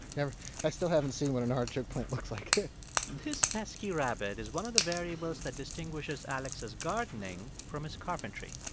i still haven't seen what an artichoke plant looks like this pesky rabbit is one of the variables that distinguishes alex's gardening from his carpentry.